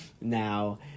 Now